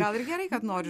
gal ir gerai kad nori